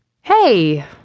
Hey